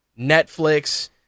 Netflix